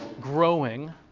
growing